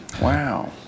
Wow